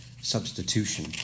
substitution